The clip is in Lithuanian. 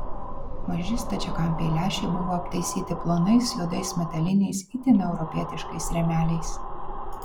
maži stačiakampiai lęšiai buvo aptaisyti plonais juodais metaliniais itin europietiškais rėmeliais